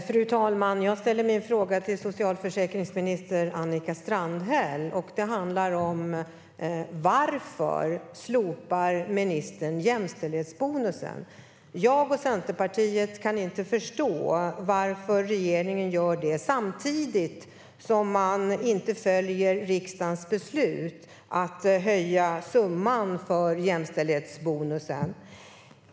Fru talman! Jag ställer min fråga till socialförsäkringsminister Annika Strandhäll. Den handlar om varför ministern slopar jämställdhetsbonusen. Jag och Centerpartiet kan inte förstå varför regeringen gör det samtidigt som man inte följer riksdagens beslut att höja summan för jämställdhetsbonusen.